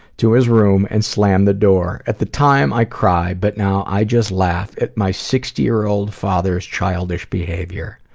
to his room, and slammed the door. at the time, i cried, but now, i just laugh at my sixty year-old father's childish behavior.